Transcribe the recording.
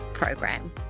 program